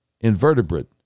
Invertebrate